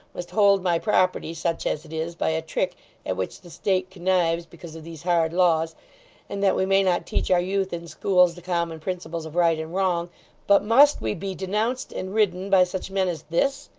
must hold my property, such as it is, by a trick at which the state connives because of these hard laws and that we may not teach our youth in schools the common principles of right and wrong but must we be denounced and ridden by such men as this!